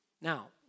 Now